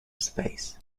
space